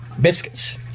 biscuits